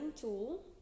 tool